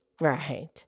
Right